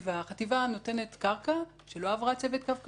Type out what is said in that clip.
החטיבה נותנת קרקע שלא עברה צוות קו כחול,